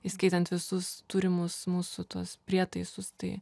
įskaitant visus turimus mūsų tuos prietaisus tai